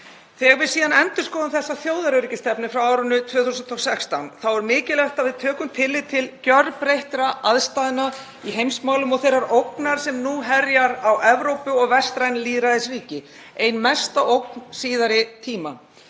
Þegar við síðan endurskoðum þessa þjóðaröryggisstefnu frá árinu 2016 þá er mikilvægt að við tökum tillit til gjörbreyttra aðstæðna í heimsmálum og þeirrar ógnar sem nú herjar á Evrópu og vestræn lýðræðisríki, ein mesta ógn síðari tíma.